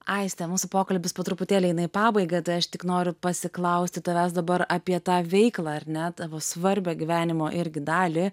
aistė mūsų pokalbis po truputėlį eina į pabaigą aš tik noriu pasiklausti tavęs dabar apie tą veiklą ar ne tavo svarbią gyvenimo irgi dalį